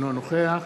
אינו נוכח